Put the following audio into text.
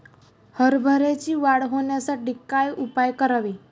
हरभऱ्याची वाढ होण्यासाठी काय उपाय करावे?